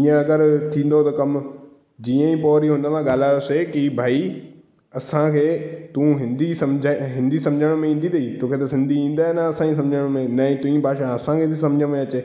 ईअं करे थींदो त कमु जीअं ई पोइ वरी उन सां ॻाल्हायोसीं की भई असांखे तूं हिंदी सम्झाए हिंदी सम्झण में ईंदी अथई तोखे त सिंधी ईंदे न असांजी सम्झण में न ई तुंहिंजी भाषा असांखे सम्झ में अचे